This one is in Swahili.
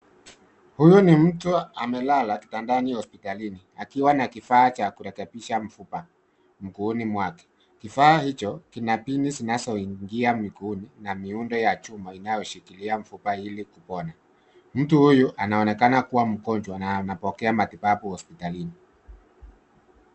Huyu ni mtu amelala kitandani hospitalini akiwa na kifaa cha kurekebisha mfupa mguuni mwake. Kifaa hicho kina pini zinazoingia mguuni na miundo ya chuma inayoshikilia mfupa ili kupona. Mtu huyu anaonekana kuwa mgonjwa na anapokea matibabu hospitalini.